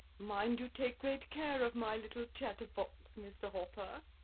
mind you take great care of my little chatterbox, mr. hopper.